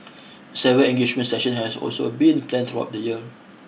several engagement sessions have also been planned throughout the year